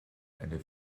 eine